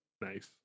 nice